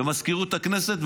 במזכירות הכנסת,